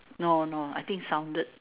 no no I think sounded